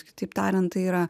kitaip tariant tai yra